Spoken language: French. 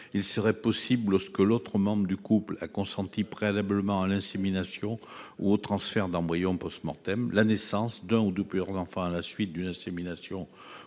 serait possible lorsque l'autre membre du couple a consenti préalablement à l'insémination ou au transfert d'embryons. La naissance d'un ou de plusieurs enfants à la suite d'une insémination